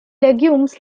legumes